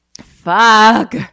Fuck